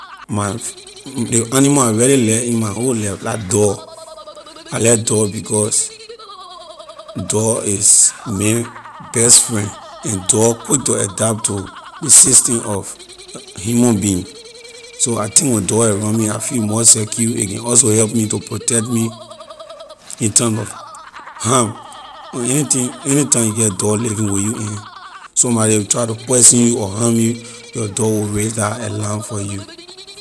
ley animal I really like in my whole life la dog I like dog because dog is man best friend and dog quick to adapt to ley system of human being so I think when dog around me I feel more secure a can also help me to protect me in time of harm when anything anytime you get dog living with you and somebody try to poison you or harm you, your dog will raise la alarm for you.